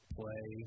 play